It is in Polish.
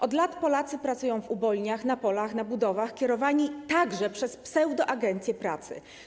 Od lat Polacy pracują w ubojniach, na polach, na budowach, kierowani tam także przez pseudoagencje pracy.